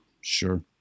Sure